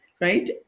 right